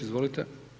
Izvolite.